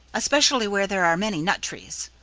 especially where there are many nut trees.